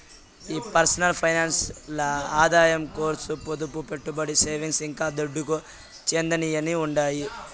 ఈ personal finance ల్ల ఆదాయం కర్సు, పొదుపు, పెట్టుబడి, సేవింగ్స్, ఇంకా దుడ్డుకు చెందినయ్యన్నీ ఉండాయి